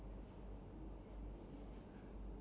then how when drink this right